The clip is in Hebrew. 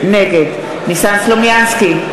נגד ניסן סלומינסקי,